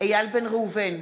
איל בן ראובן,